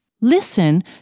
Listen